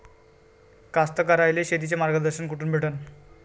कास्तकाराइले शेतीचं मार्गदर्शन कुठून भेटन?